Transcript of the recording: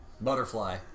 Butterfly